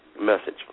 message